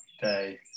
day